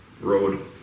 road